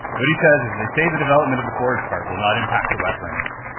what he says is, they say the development of the forest part will not impact the wetlands.